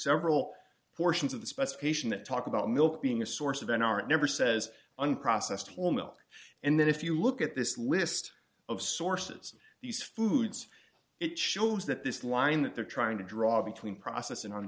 several portions of the specification that talk about milk being a source of and are never says unprocessed whole milk and that if you look at this list of sources these foods it shows that this line that they're trying to draw between process and on